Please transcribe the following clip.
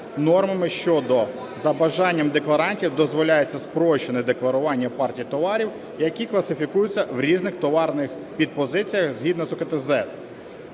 нормами щодо: за бажанням декларантів дозволяється спрощене декларування партій товарів, які класифікуються в різних товарних під позиціях, згідно з УКТЗЕД.